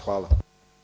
Hvala.